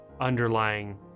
underlying